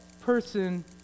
person